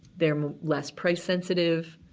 they're less price sensitive,